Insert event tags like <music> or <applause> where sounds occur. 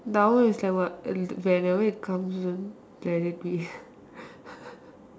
power is like what whenever it comes let it be <laughs>